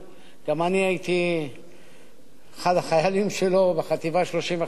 גם אני הייתי אחד החיילים שלו בחטיבה 35,